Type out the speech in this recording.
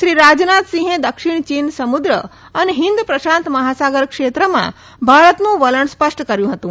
શ્રી રાજનાથસીંહે દક્ષિણ ચીન સમુદ્ર અને હિંદ પ્રશાંત મહાસાગર ક્ષેત્રમાં ભારતનું વલણ સ્પષ્ટ કર્યુ હતું